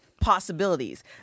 possibilities